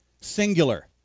singular